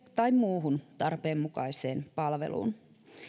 tai muuhun tarpeenmukaiseen palveluun